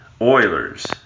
Oilers